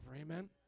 Amen